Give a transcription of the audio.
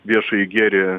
viešąjį gėrį